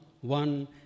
one